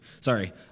sorry